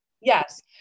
Yes